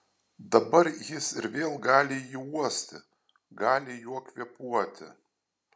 dabar jis ir vėl gali jį uosti gali juo kvėpuoti